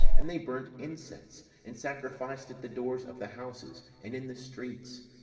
and they burnt incense, and sacrificed at the doors of the houses and in the streets.